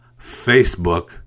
Facebook